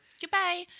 Goodbye